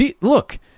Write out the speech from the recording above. look